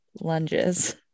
lunges